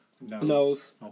Nose